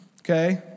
Okay